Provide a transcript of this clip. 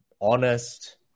honest